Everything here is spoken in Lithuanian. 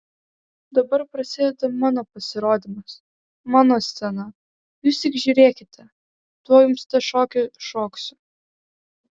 dabar prasideda mano pasirodymas mano scena jūs tik žiūrėkite tuoj jums tą šokį šoksiu